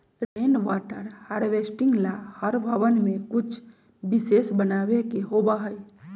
rain water harvesting ला हर भवन में कुछ विशेष बनावे के होबा हई